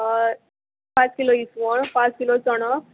हय पांच किलो इसवण पांच किलो चणोक